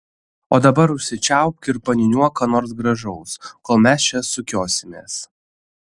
o dabar užsičiaupk ir paniūniuok ką nors gražaus kol mes čia sukiosimės